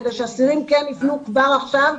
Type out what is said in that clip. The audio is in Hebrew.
כדי שאסירים ייפנו כבר עכשיו,